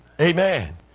Amen